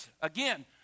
again